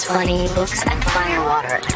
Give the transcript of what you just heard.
FunnyBooksandFirewater